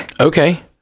Okay